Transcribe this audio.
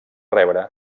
rebre